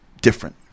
different